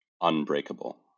unbreakable